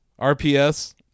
RPS